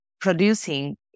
producing